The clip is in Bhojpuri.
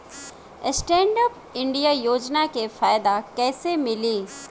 स्टैंडअप इंडिया योजना के फायदा कैसे मिली?